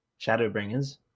Shadowbringers